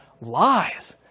lies